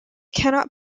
cannot